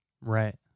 Right